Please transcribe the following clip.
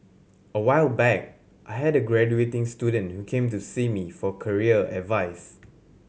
a while back I had a graduating student who came to see me for career advice